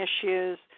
issues